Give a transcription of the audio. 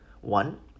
One